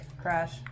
Crash